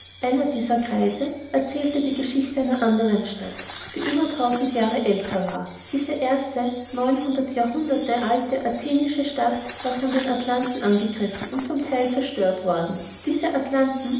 einer dieser greise erzählte die geschichte einer anderen stadt die über tausend jahre älter war diese erste neunhundert jahrhunderte alte athenische stadt war von den atlanten angegriffen und zum theil zerstört worden diese